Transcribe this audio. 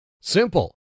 Simple